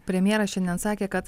premjeras šiandien sakė kad